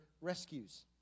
rescues